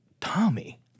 Tommy